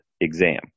exam